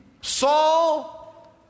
Saul